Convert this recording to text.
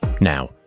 Now